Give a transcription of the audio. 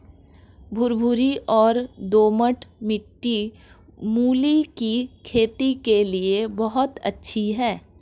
भुरभुरी और दोमट मिट्टी मूली की खेती के लिए बहुत अच्छी है